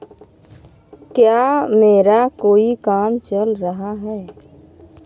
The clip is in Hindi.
क्या मेरा कोई काम चल रहा है